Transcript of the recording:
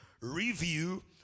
review